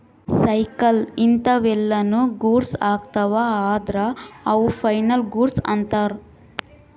cycle ಇಂತವೆಲ್ಲ ನು goods ಅಗ್ತವ ಅದ್ರ ಅವು ಫೈನಲ್ ಗೂಡ್ಸ್ ಅಂತರ್